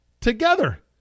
together